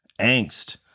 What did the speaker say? angst